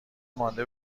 مانده